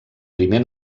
primer